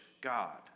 god